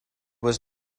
was